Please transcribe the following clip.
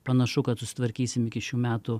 panašu kad susitvarkysim iki šių metų